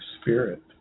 spirit